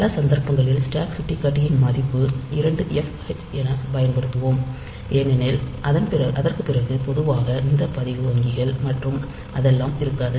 பல சந்தர்ப்பங்களில் ஸ்டாக் சுட்டிக்காட்டியின் மதிப்பு 2Fh என்று பயன்படுத்துவோம் ஏனெனில் அதற்குப் பிறகு பொதுவாக இந்த பதிவு வங்கிகள் மற்றும் அதெல்லாம் இருக்காது